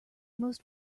most